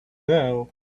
now